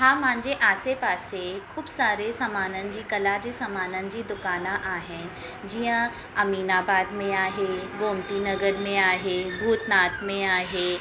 हा मुंहिंजे आसे पासे ख़ूबु सारे सामाननि जे कला जे सामाननि जी दुकाना आहिनि जीअं अमीनाबाद में आहे गोमती नगर में आहे भूतनाथ में आहे